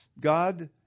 God